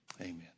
Amen